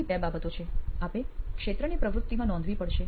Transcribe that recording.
એવી બે બાબતો છે આપે ક્ષેત્રની પ્રવૃત્તિમાં નોંધવી પડશે